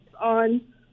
on